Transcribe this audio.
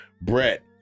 Brett